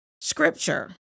scripture